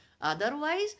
otherwise